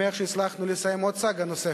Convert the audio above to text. אני גם שמח שהצלחנו לסיים סאגה נוספת,